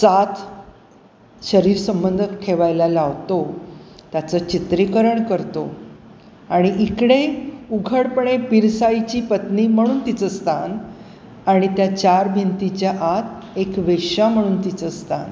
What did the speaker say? साथ शरीरसंबंध ठेवायला लावतो त्याचं चित्रीकरण करतो आणि इकडे उघडपणे पिरसाईची पत्नी म्हणून तिचं स्थान आणि त्या चार भिंतीच्या आत एक वेशा म्हणून तिचं स्थान